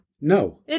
No